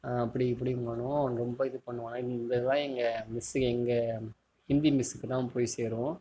அப்படி இப்படிம்பானுவோ ரொம்ப இது பண்ணுவானோ இந்த இதுலாம் எங்கள் மிஸ்ஸு எங்கள் ஹிந்தி மிஸ்ஸுக்கு தான் போய் சேரும்